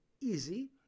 easy